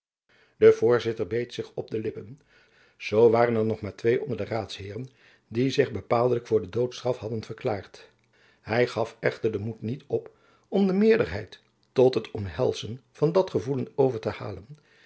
de voorzitter beet zich op de lippen zoo waren er nog maar twee onder de raadsheeren die zich bepaaldelijk voor de doodstraf hadden verklaard hy gaf echter den moed niet op om de meerderheid tot het omhelzen van dat gevoelen over te halen